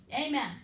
Amen